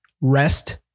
Rest